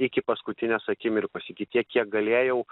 iki paskutinės akimirkos iki tiek kiek galėjau